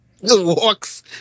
walks